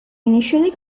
initially